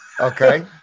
Okay